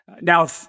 Now